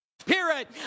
Spirit